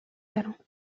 talents